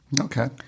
okay